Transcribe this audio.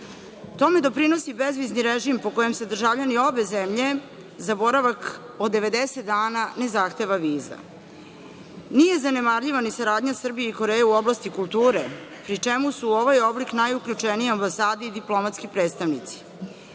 Tome doprinosi bezvizni režim, po kojem se za državljane obe zemlje za boravak od 90 dana ne zahteva viza. Nije zanemarljiva ni saradnja Srbije i Koreje u oblasti kulture, pri čemu su u ovaj oblik najuključenije ambasade i diplomatski predstavnici.